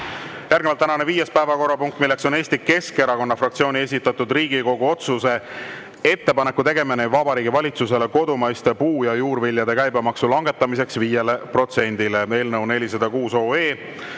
Järgnevalt tänane viies päevakorrapunkt, milleks on Eesti Keskerakonna fraktsiooni esitatud Riigikogu otsuse "Ettepaneku tegemine Vabariigi Valitsusele kodumaiste puu- ja juurviljade käibemaksu langetamiseks 5-le protsendile" eelnõu 406.